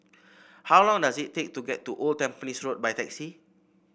how long does it take to get to Old Tampines Road by taxi